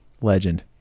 legend